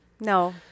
No